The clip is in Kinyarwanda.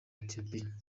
ethiopia